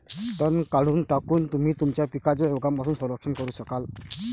तण काढून टाकून, तुम्ही तुमच्या पिकांचे रोगांपासून संरक्षण करू शकाल